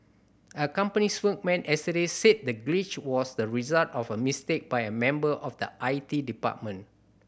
a company spokesman yesterday said the glitch was the result of a mistake by a member of the I T department